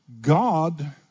God